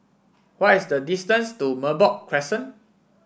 why is the distance to Merbok Crescent